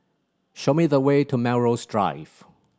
show me the way to Melrose Drive